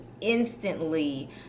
instantly